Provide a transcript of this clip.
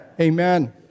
Amen